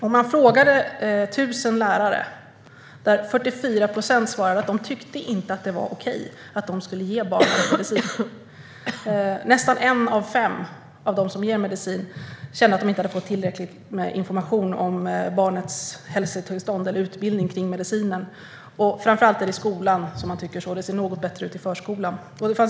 När man frågade 1 000 lärare svarade 44 procent att de inte tyckte att det var okej att de skulle ge barnen medicin. Nästan en av fem av dem som ger medicin kände att de inte fått tillräcklig information eller utbildning om barnets hälsotillstånd och medicin. Framför allt är det i skolan man tycker att det är så. Det ser något bättre ut i förskolan.